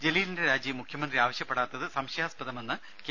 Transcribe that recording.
ജലീലിന്റെ രാജി മുഖ്യമന്ത്രി ആവശ്യപ്പെടാത്തത് സംശയാസ്പദമെന്ന് കെ